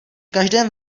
každém